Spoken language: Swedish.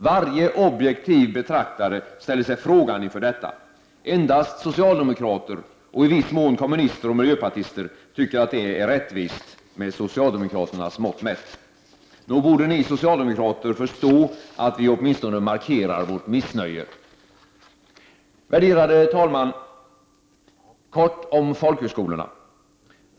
Varje objektiv betraktare ställer sig frågande inför detta. Endast socialdemokrater — och i viss mån kommunister och miljöpartister — tycker att detta är rättvist, med socialdemokraternas mått mätt. Nog borde ni socialdemokrater förstå att vi åtminstone markerar vårt missnöje. Värderade talman! Kort om folkhögskolorna.